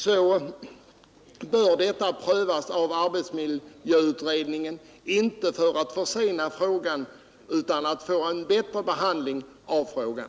I vad gäller bensenfrågan bör arbetsmiljöutredningen pröva den, inte för att försena den utan för att få en bättre behandling av den.